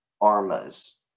ARMAs